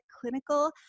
clinical